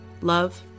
love